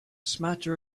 smatter